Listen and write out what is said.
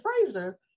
Fraser